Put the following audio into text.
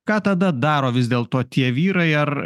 ką tada daro vis dėl to tie vyrai ar